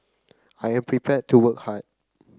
I am prepared to work hard